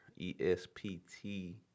E-S-P-T